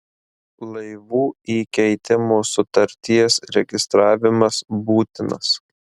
laivų įkeitimo sutarties registravimas būtinas